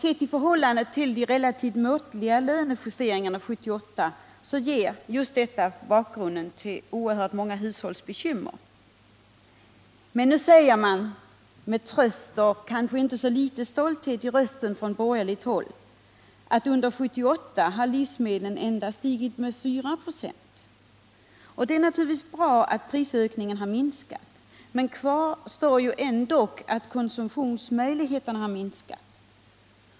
Sett i förhållande till de relativt måttliga lönejusteringarna 1978 ger detta bakgrunden till oerhört många hushålls bekymmer. Men nu säger man från borgerligt håll med tröst och kanske inte så lite stolthet i rösten, att under 1978 har livsmedelpriserna endast stigit med 4 96. Det är naturligtvis bra att prisökningen har minskat, men kvar står ändock att konsumtionsmöjligheterna inte har ökat.